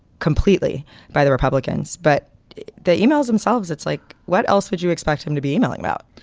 completely by the republicans. but the emails themselves, it's like what else would you expect him to be e-mailing about?